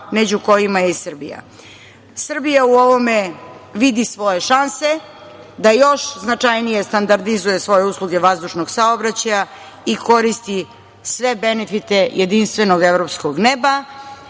među kojima je i Srbija. Srbija u ovome vidi svoje šanse da još značajnije standardizuje svoje usluge vazdušnog saobraćaja i koristi sve benefite jedinstvenog evropskog neba.